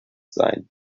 sein